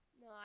No